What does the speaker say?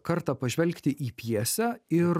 kartą pažvelgti į pjesę ir